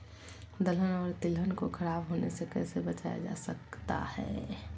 दलहन और तिलहन को खराब होने से कैसे बचाया जा सकता है?